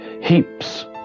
Heaps